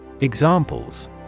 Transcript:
Examples